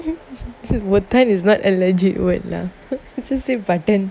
there were ten is not alleged world lah assistive by then